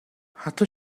حتی